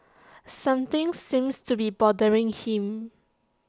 something seems to be bothering him